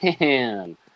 man